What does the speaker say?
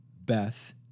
Beth